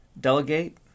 Delegate